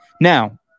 Now